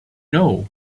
know